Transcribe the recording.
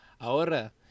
Ahora